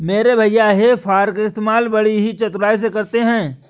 मेरे भैया हे फार्क इस्तेमाल बड़ी ही चतुराई से करते हैं